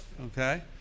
Okay